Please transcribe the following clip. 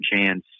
chance